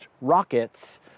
rockets